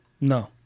No